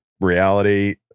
reality